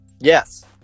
Yes